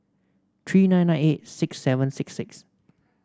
three nine nine eight six seven six six